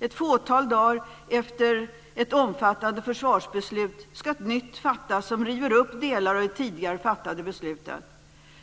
Ett fåtal dagar efter ett omfattande försvarsbeslut ska ett nytt fattas, som river upp delar av det tidigare fattade beslutet.